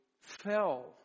fell